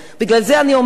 בגלל זה אני אומרת,